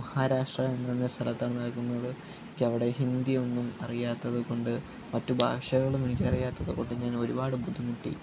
മഹാരാഷ്ട്ര എന്നുപറഞ്ഞ സ്ഥലത്താണ് നടക്കുന്നത് എനിക്കവിടെ ഹിന്ദി ഒന്നും അറിയാത്തതുകൊണ്ട് മറ്റു ഭാഷകളും എനിക്ക് അറിയാത്തതുകൊണ്ട് ഞാൻ ഒരുപാട് ബുദ്ധിമുട്ടി